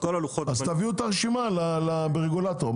תעבירו את הרשימה לרגולטור.